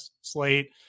slate